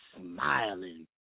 smiling